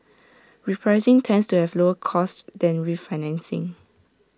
repricing tends to have lower costs than refinancing